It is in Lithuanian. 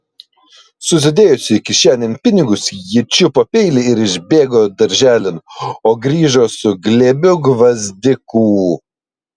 susidėjusi kišenėn pinigus ji čiupo peilį ir išbėgo darželin o grįžo su glėbiu gvazdikų